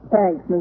Thanks